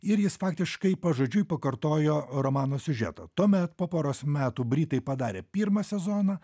ir jis faktiškai pažodžiui pakartojo romano siužetą tuomet po poros metų britai padarė pirmą sezoną